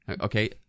Okay